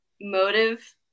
motive